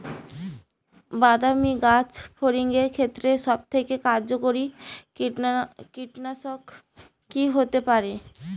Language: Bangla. বাদামী গাছফড়িঙের ক্ষেত্রে সবথেকে কার্যকরী কীটনাশক কি হতে পারে?